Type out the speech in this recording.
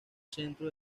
centro